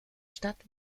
stadt